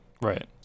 Right